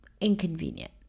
inconvenient